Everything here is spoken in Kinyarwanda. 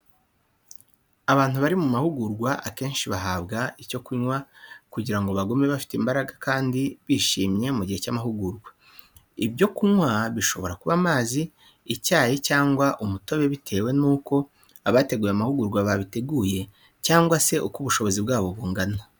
Abantu bari mu mahugurwa akenshi bahabwa icyo kunywa kugira ngo bagume bafite imbaraga kandi bishimye mu gihe cy'amahugurwa. Ibyo kunywa bishobora kuba amazi, icyayi, cyangwa umutobe bitewe n'uko abateguye amahugurwa babiteguye cyangwa se uko ubushobozi bwabo bungana.